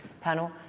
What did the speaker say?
panel